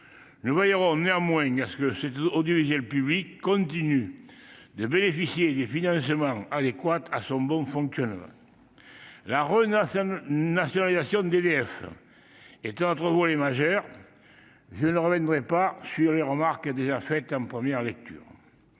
Nous veillerons néanmoins à ce que l'audiovisuel public continue de bénéficier des financements adaptés à son bon fonctionnement. La renationalisation d'EDF est un autre volet majeur du texte. Je ne reviens pas sur les remarques déjà formulées en première lecture